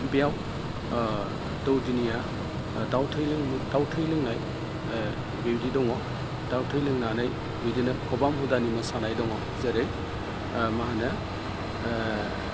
बेयाव दौदिनिया दाउ थै लोंनाय बिब्दि दङ दाउ थै लोंनानै बिदिनो खबाम हुदानि मोसानाय दङ जेरै माहोनो